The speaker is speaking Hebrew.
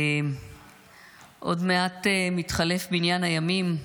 עוד מעט מתחלף מניין הימים.